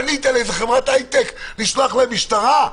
פנית לאיזו חברת הייטק לשלוח להם משטרה?